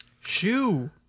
shoe